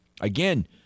Again